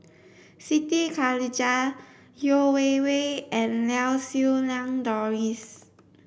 Siti Khalijah Yeo Wei Wei and Lau Siew Lang Doris